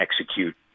execute